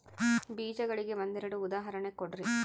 ಬೇಜಗಳಿಗೆ ಒಂದೆರಡು ಉದಾಹರಣೆ ಕೊಡ್ರಿ?